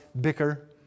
bicker